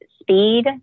speed